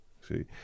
See